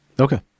okay